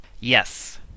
Yes